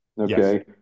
okay